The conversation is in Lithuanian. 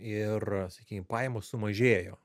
ir sakykim pajamos sumažėjo